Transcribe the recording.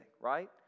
right